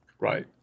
Right